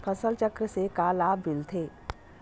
फसल चक्र से का लाभ मिलथे?